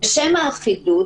בשם האחידות,